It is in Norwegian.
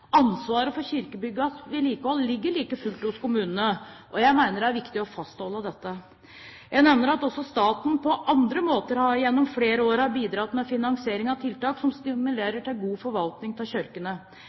Ansvaret for kirkebyggenes vedlikehold ligger like fullt hos kommunene, jeg mener at det er viktig å fastholde dette. Jeg nevner at staten også på andre måter gjennom flere år har bidratt med finansiering av tiltak som